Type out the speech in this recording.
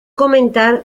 comentar